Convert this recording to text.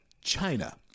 China